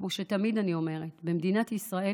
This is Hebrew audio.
כמו שתמיד אני אומרת, במדינת ישראל